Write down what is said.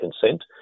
consent